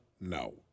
No